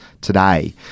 today